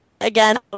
again